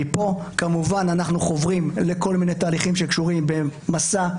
מפה כמובן אנחנו חוברים לכל מיני תהליכים שקשורים במסע,